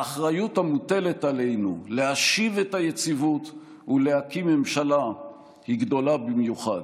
האחריות המוטלת עלינו להשיב את היציבות ולהקים ממשלה היא גדולה במיוחד.